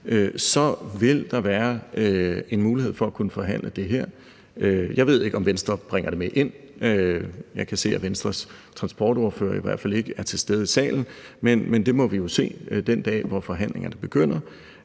så vil der være mulighed for at kunne forhandle det her. Jeg ved ikke, om Venstre bringer det med ind til forhandlingsbordet – jeg kan se, at Venstres transportordfører i hvert fald ikke er til stede i salen – men det må vi jo se den dag, hvor forhandlingerne begynder.